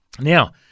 Now